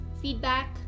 feedback